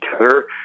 together